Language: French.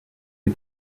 les